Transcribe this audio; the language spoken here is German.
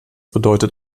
bedeutet